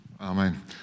Amen